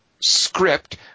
script